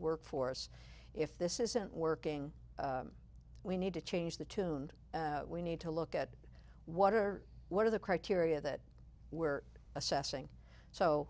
workforce if this isn't working we need to change the tuned we need to look at what are what are the criteria that we're assessing so